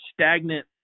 stagnant